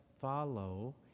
follow